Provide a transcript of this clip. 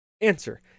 Answer